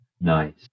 Nice